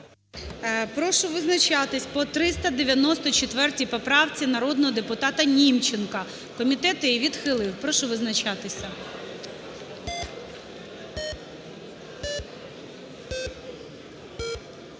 Прошу визначатися по 394 поправці народного депутата Німченка, комітет її відхилив. Прошу визначатися.